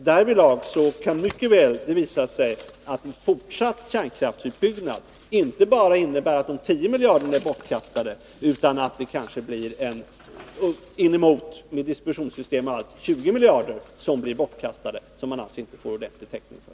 Därvidlag kan det mycket väl visa sig att en fortsatt kärnkraftsutbyggnad inte bara innebär att de 10 miljarderna är bortkastade utan att det kanske — med distributionssystem och allt — blir inemot 20 miljarder som är bortkastade och som man inte får ordentlig täckning för.